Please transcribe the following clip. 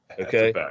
Okay